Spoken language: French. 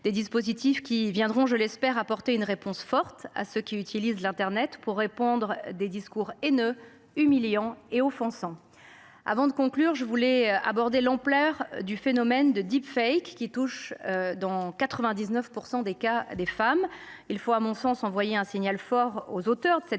Ces dispositifs viendront, je l’espère, apporter une réponse forte à ceux qui utilisent l’internet pour répandre des discours haineux, humiliants et offensants. Avant de conclure, je veux aborder l’ampleur du phénomène du, qui touche, dans 99 % des cas, des femmes. Il faut, à mon sens, envoyer un signal fort aux auteurs de cette technique,